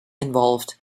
involved